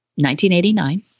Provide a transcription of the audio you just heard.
1989